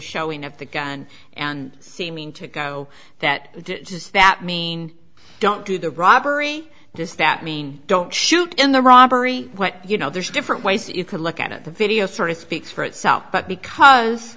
showing of the gun and seeming to go that did just that mean don't do the robbery does that mean don't shoot in the robbery when you know there's different ways you can look at the video sort of speaks for itself but because